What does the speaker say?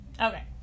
Okay